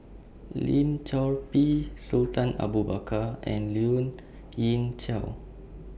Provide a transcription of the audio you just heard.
Lim Chor Pee Sultan Abu Bakar and Lien Ying Chow